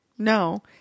No